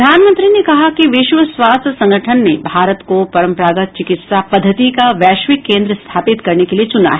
प्रधानमंत्री ने कहा कि विश्व स्वास्थ्य संगठन ने भारत को परंपरागत चिकित्सा पद्धति का वैश्विक केंद्र स्थापित करने के लिए चुना है